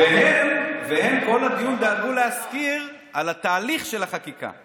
והם דאגו להזכיר כל הדיון על התהליך של החקיקה.